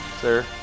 sir